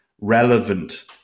relevant